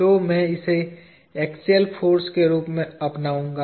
तो मैं इसे एक्सियल फाॅर्स के रूप में अपनाऊंगा